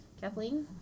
Kathleen